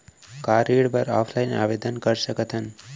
का ऋण बर ऑफलाइन आवेदन कर सकथन?